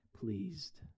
pleased